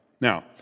Now